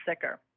sicker